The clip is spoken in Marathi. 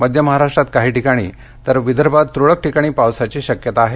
मध्य महाराष्ट्रात काही ठिकाणी तर विदर्भात तुरळक ठिकाणी पावसाची शक्यता आहे